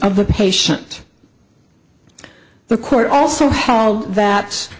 of the patient the court also held that